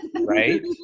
Right